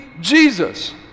Jesus